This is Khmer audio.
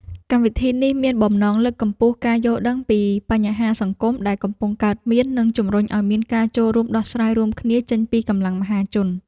កម្មវិធីនេះមានបំណងលើកកម្ពស់ការយល់ដឹងពីបញ្ហាសង្គមដែលកំពុងកើតមាន និងជំរុញឱ្យមានការចូលរួមដោះស្រាយរួមគ្នាចេញពីកម្លាំងមហាជន។